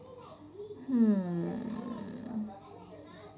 hmm